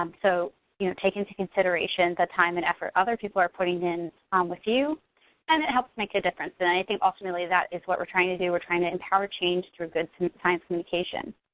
um so you know take into consideration the time and effort other people are putting in um with you and it helps make a difference and i think ultimately that is what we're trying to do, we're trying to empower change through good science communication.